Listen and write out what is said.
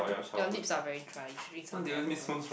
your lips are very dry you should drink some water